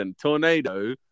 Tornado